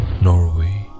Norway